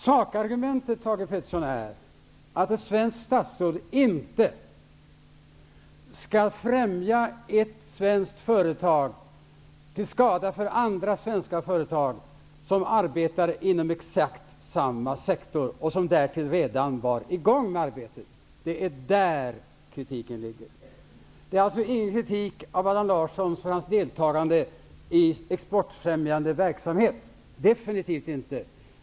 Sakargumentet, Thage Peterson, är att ett svenskt statsråd inte skall främja ett svenskt företag till skada för andra svenska företag som arbetar inom exakt samma sektor och som därtill redan är i gång med arbetet. Det är mot detta som kritiken riktas. Det förekommer alltså ingen kritik mot Allan Larsson för hans deltagande i exportfrämjande verksamhet -- absolut inte.